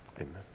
amen